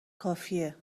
کافیه